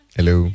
Hello